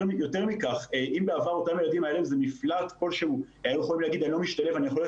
יותר מכך אם בעבר לילדים האלה היה מפלט כלשהו ואם הם לא השתלבו